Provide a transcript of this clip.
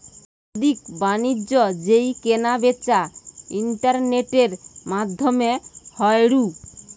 বাদ্দিক বাণিজ্য যেই কেনা বেচা ইন্টারনেটের মাদ্ধমে হয়ঢু